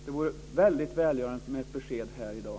Det vore välgörande med ett besked här i dag.